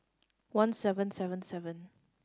one seven seven seven